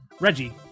Reggie